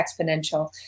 Exponential